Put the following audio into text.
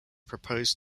proposed